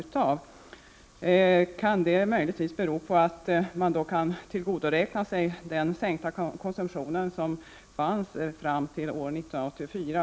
Kan det möjligen bero på att man därigenom kan tillgodoräkna sig den sänkning av konsumtionen som skedde fram till 1984?